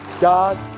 God